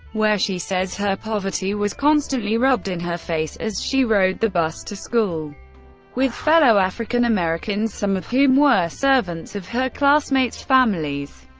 where she says her poverty was constantly rubbed in her face as she rode the bus to school with fellow african-americans, some of whom were servants of her classmates' families.